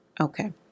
Okay